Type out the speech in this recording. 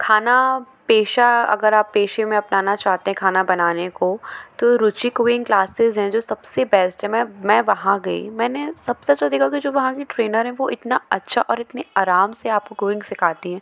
खाना पेशा अगर आप पेशे में अपनाना चाहते हैं खाना बनाने को तो रुची कुकिंग क्लाससेस हैं जो सब से बेस्ट है मैं मैं वहाँ गई मैंने सब से अच्छा देखा कि जो वहाँ की ट्रेनर है वो इतना अच्छा और इतने आराम से आपको कुकिंग सिखाती हैं